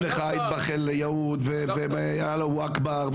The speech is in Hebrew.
לך לטבוח ביהודים ואללה הוא אכבר.